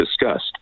discussed